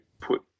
put